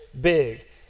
big